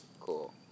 Cool